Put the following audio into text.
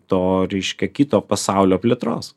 to reiškia kito pasaulio plėtros